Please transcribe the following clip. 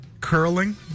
curling